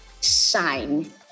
shine